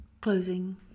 closing